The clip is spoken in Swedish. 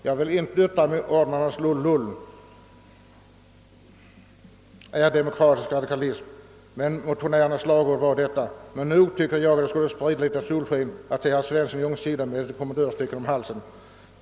Jag vill inte yttra mig om ordnarnas lullull — motionärernas slagord — men nog tycker jag det skulle sprida litet solsken att se herr Svensson i Ljungskile med ett kommendörstecken om halsen.